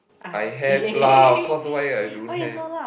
I have lah of course so why are you don't have